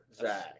Zach